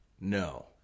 No